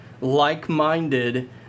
like-minded